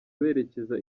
berekeza